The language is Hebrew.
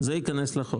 זה ייכנס לחוק.